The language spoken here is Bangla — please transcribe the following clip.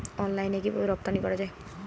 অনলাইনে কিভাবে রপ্তানি করা যায়?